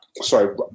Sorry